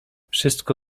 wszystko